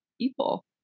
people